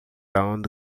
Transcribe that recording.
aonde